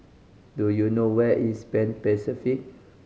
do you know where is Pan Pacific